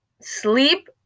sleep